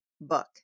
book